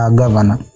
governor